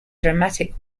dramatic